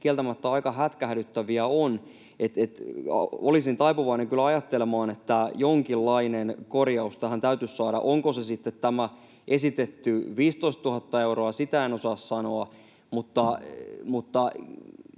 kieltämättä aika hätkähdyttäviä ovat. Olisin taipuvainen kyllä ajattelemaan, että jonkinlainen korjaus tähän täytyisi saada. Onko se sitten tämä esitetty 15 000 euroa, sitä en osaa sanoa, mutta